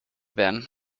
been